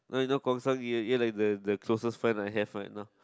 no you know Guang-Xiang you you are like the the closest friend I have right now